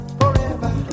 forever